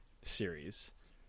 series